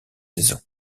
saison